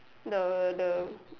the the